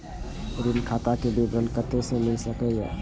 ऋण खाता के विवरण कते से मिल सकै ये?